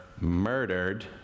murdered